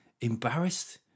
embarrassed